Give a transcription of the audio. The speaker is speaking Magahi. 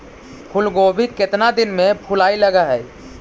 फुलगोभी केतना दिन में फुलाइ लग है?